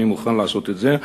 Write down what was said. אני מוכן לעשות את זה.